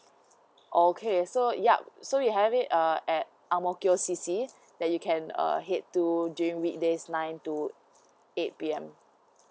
okay so yup so you have it uh at ang mo kio C_C that you can uh head to gym weekdays nine to eight P_M